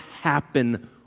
happen